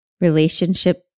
relationship